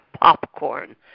popcorn